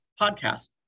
podcast